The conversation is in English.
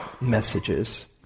messages